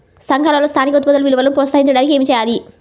సంఘాలలో స్థానిక ఉత్పత్తుల విలువను ప్రోత్సహించడానికి ఏమి చేయాలి?